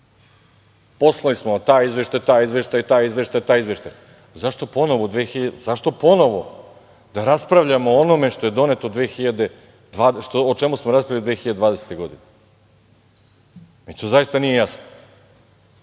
Poslali smo vam taj izveštaj, taj izveštaj, taj izveštaj, taj izveštaj. Zašto ponovo da raspravljamo o onome o čemu smo raspravljali 2020. godine? Meni to zaista nije jasno.